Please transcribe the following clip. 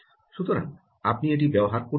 সুতরাং আপনি এটি ব্যবহার করতে পারেন